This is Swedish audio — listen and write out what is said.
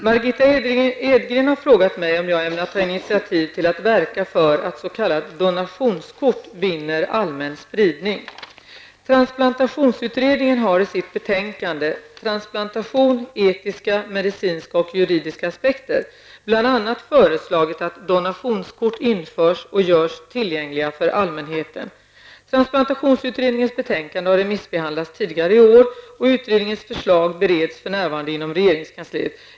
Herr talman! Margitta Edgren har frågat mig om jag ämnar ta initiativ till att verka för att s.k. Transplantationsutredningens betänkande har remissbehandlats tidigare i år och utredningens förslag bereds för närvarande inom regeringskansliet.